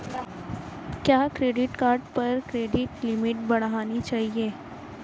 क्या credit card पर credit limit बढ़ानी चाहिए?